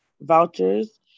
vouchers